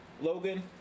Logan